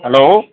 hello